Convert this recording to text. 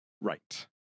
Right